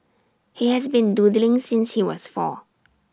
he has been doodling since he was four